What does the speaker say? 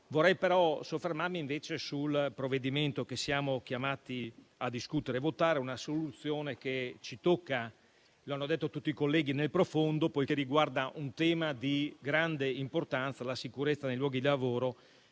Vorrei soffermarmi invece sul provvedimento che siamo chiamati a discutere e votare. Una soluzione che ci tocca, come hanno detto tutti i colleghi, nel profondo poiché riguarda un tema di grande importanza, la sicurezza nei luoghi di lavoro